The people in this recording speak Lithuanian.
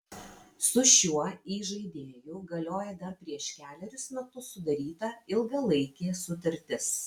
su šiuo įžaidėju galioja dar prieš kelerius metus sudaryta ilgalaikė sutartis